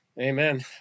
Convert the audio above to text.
Amen